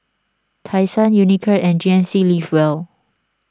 Tai Sun Unicurd and G N C Live Well